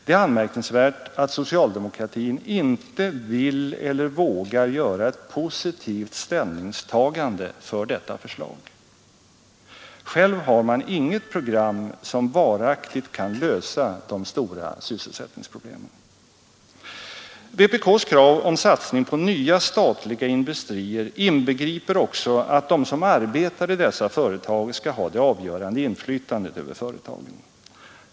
Det är anmärkningsvärt att socialdemokratin inte vågar göra ett positivt ställningstagande för detta förslag. Själv har man inget program som varaktigt löser de stora sysselsättningsproblemen. Vpk:s krav på satsning på nya statliga industrier inbegriper också att de som arbetar i dessa företag skall ha det avgörande inflytandet över företagen.